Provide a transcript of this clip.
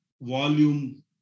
volume